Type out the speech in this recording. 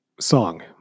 song